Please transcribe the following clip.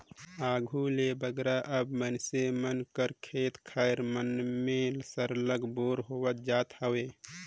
आघु ले बगरा अब मइनसे मन कर खेत खाएर मन में सरलग बोर होवत जात हवे